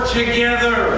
together